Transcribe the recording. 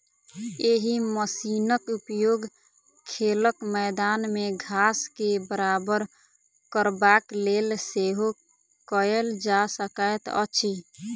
एहि मशीनक उपयोग खेलक मैदान मे घास के बराबर करबाक लेल सेहो कयल जा सकैत अछि